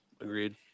Agreed